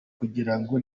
kugirango